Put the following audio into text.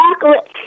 chocolate